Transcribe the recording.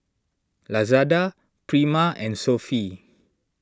Lazada Prima and Sofy